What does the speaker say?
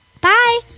Bye